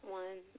one